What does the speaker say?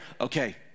okay